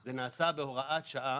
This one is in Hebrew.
זה נעשה בהוראת שעה